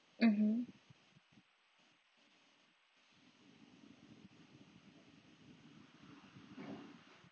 mmhmm